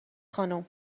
خانم